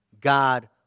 God